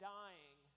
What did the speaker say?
dying